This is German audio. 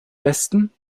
besten